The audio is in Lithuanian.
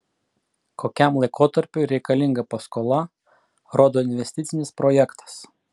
kokiam laikotarpiui reikalinga paskola rodo investicinis projektas